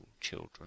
children